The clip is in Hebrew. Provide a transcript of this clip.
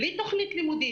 בלי תוכנית לימודית?